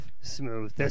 Smooth